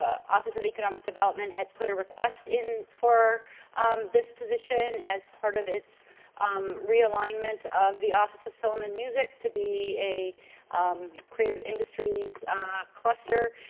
office of the development had put a request in for this position, as part of its um realignment of the office of film and music, to be a creative industry cluster,